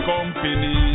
Company